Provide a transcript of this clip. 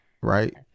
right